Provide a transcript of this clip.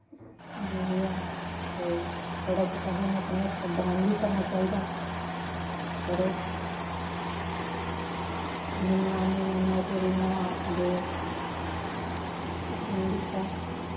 जो बी ऐ ते थोह्ड़ा बौह्ता असैं इनें अपने हत्था दान बी करना चाहिदा करो मिलना नेईं मिलना ओह् ते रेही न अग्गे ओह् कुन्न दिक्खेआ